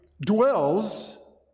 dwells